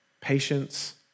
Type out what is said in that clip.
Patience